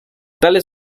tales